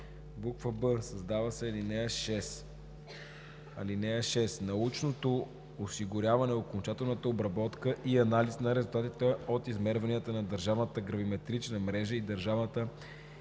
и 11; б) създава се ал. 6: „(6) Научното осигуряване, окончателната обработка и анализ на резултатите от измерванията на Държавната гравиметрична мрежа и Държавната нивелачна